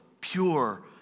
pure